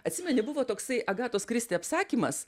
atsimeni buvo toksai agatos kristi apsakymas